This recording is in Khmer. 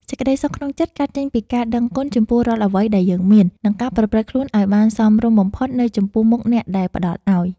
សេចក្តីសុខក្នុងចិត្តកើតចេញពីការដឹងគុណចំពោះរាល់អ្វីដែលយើងមាន និង ការប្រព្រឹត្តខ្លួនឱ្យបានសមរម្យបំផុតនៅចំពោះមុខអ្នកដែលផ្តល់ឱ្យ។